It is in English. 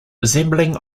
resembling